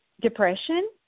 depression